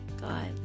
God